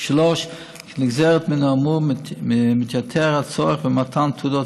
3. כנגזרת מן האמור מתייתר הצורך במתן תעודות